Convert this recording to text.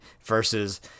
versus